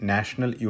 National